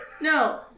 No